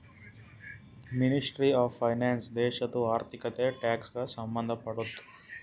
ministry of finance ದೇಶದು ಆರ್ಥಿಕತೆ, tax ಗ ಸಂಭಂದ್ ಪಡ್ತುದ